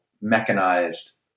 mechanized